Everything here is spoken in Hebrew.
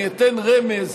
אני אתן רמז: